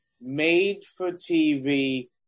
made-for-TV